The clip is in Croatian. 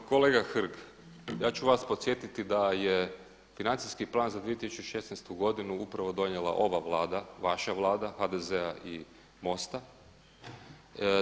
Pa, kolega Hrg, ja ću vas podsjetiti da je Financijski plan za 2016. godinu upravo donijela ova Vlada, vaša Vlada HDZ-a i MOST-a.